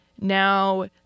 now